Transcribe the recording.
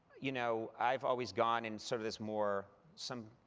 you know i've always gone in sort of this more, some